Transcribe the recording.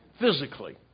physically